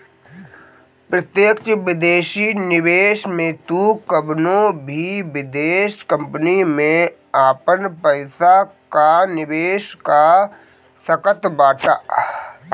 प्रत्यक्ष विदेशी निवेश में तू कवनो भी विदेश कंपनी में आपन पईसा कअ निवेश कअ सकत बाटअ